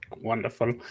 wonderful